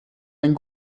ein